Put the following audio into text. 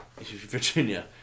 Virginia